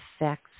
effects